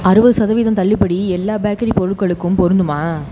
அறுபது சதவிகிதம் தள்ளுபடி எல்லா பேக்கரி பொருட்களுக்கும் பொருந்துமா